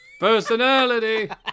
personality